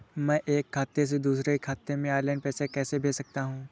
मैं एक खाते से दूसरे खाते में ऑनलाइन पैसे कैसे भेज सकता हूँ?